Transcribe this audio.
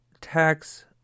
tax